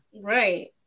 right